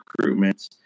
recruitments